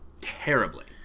terribly